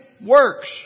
works